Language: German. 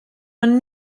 man